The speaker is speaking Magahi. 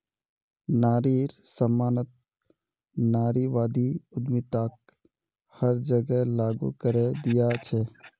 नारिर सम्मानत नारीवादी उद्यमिताक हर जगह लागू करे दिया छेक